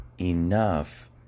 enough